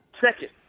Second